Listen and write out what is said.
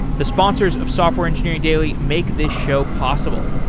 the sponsors of software engineering daily make this show possible,